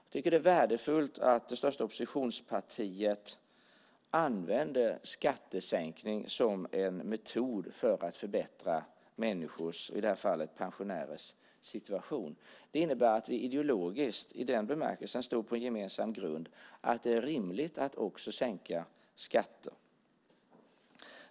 Jag tycker att det är värdefullt att det största oppositionspartiet använder skattesänkning som en metod för att förbättra människors, i det här fallet pensionärers, situation. Det innebär att vi ideologiskt i den bemärkelsen står på en gemensam grund, att det är rimligt att också sänka skatter.